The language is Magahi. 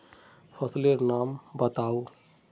फसल लेर नाम बाताउ?